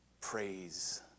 praise